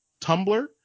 Tumblr